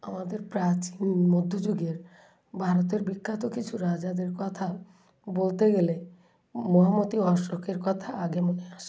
আমাদের প্রাচীন মধ্যযুগের ভারতের বিখ্যাত কিছু রাজাদের কথা বলতে গেলে মহারথী অশোকের কথা আগে মনে আসে